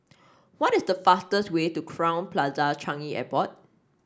what is the fastest way to Crowne Plaza Changi Airport